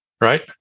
Right